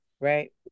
Right